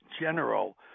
general